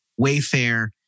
Wayfair